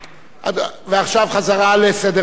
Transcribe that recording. ועכשיו חזרה לסדר-היום.